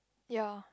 ya